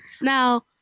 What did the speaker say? now